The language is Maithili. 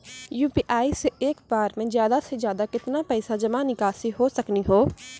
यु.पी.आई से एक बार मे ज्यादा से ज्यादा केतना पैसा जमा निकासी हो सकनी हो?